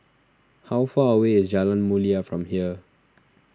how far away is Jalan Mulia from here